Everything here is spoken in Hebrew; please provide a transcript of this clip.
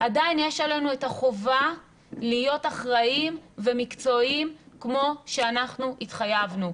עדיין יש עלינו את החובה להיות אחראים ומקצועיים כמו שאנחנו התחייבנו.